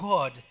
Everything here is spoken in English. God